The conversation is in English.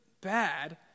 bad